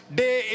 day